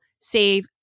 save